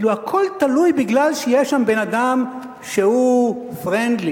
כאילו הכול תלוי בזה שיש שם בן-אדם שהוא friendly,